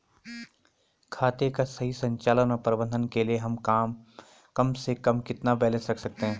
खाते का सही संचालन व प्रबंधन के लिए हम कम से कम कितना बैलेंस रख सकते हैं?